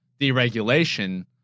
deregulation